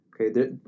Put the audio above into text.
okay